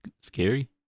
scary